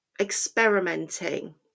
experimenting